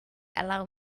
allow